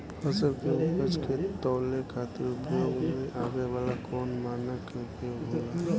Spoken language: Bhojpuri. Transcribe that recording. फसल के उपज के तौले खातिर उपयोग में आवे वाला कौन मानक के उपयोग होला?